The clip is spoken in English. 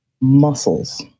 muscles